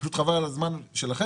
פשוט חבל על הזמן שלכם,